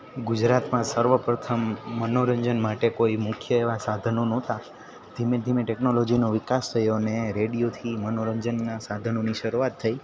ગુજરાતમાં સર્વપ્રથમ મનોરંજન માટે કોઈ મુખ્ય એવા સાધનો નહોતા ધીમે ધીમે ટેકનોલોજીનો વિકાસ થયો અને રેડિયોથી મનોરંજનના સાધનોની શરૂઆત થઈ